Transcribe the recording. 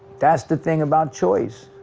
that's the thing about choice.